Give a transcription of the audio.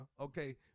okay